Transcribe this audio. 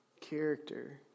character